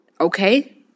Okay